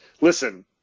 listen